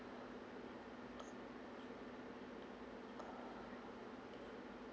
uh uh